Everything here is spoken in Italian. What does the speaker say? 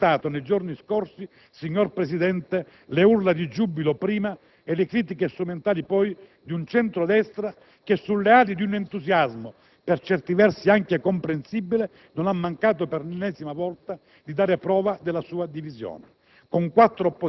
Abbiamo ascoltato nei giorni scorsi, signor Presidente, le urla di giubilo prima e le critiche strumentali poi di un centro-destra che, sulle ali di un entusiasmo per certi versi anche comprensibile, non ha mancato, per l'ennesima volta, di dare prova della sua divisione,